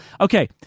Okay